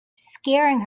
scaring